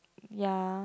ya